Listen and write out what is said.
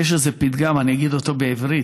יש איזה פתגם, אגיד אותו בעברית.